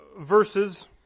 verses